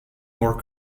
more